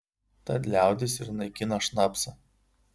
tad liaudis ir naikina šnapsą